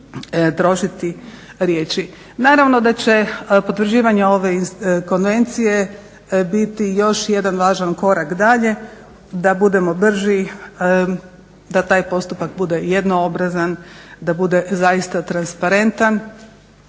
Naravno da će potvrđivanje ove konvencije biti još jedan važan korak dalje da budemo brži, da taj postupak bude jednoobrazan, da bude zaista transparentan,